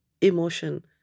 emotion